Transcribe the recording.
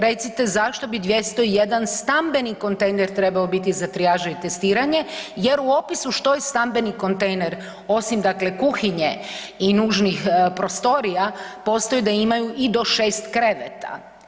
Recite zašto bi 201 stambeni kontejner trebao biti za trijaže i testiranje jer u opisu što je stambeni kontejner osim dakle kuhinje i nužnih prostorija postoji da imaju i do 6 kreveta?